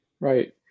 Right